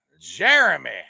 Jeremy